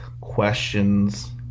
questions